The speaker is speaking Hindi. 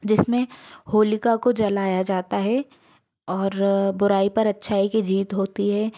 जिसमें होलिका को जलाया जाता है और बुराई पर अच्छाई की जीत होती है